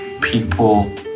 people